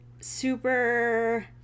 super